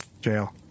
jail